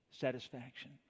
satisfaction